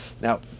Now